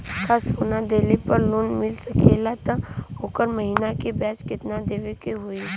का सोना देले पे लोन मिल सकेला त ओकर महीना के ब्याज कितनादेवे के होई?